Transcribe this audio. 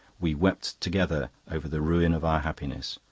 we wept together over the ruin of our happiness.